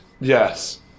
yes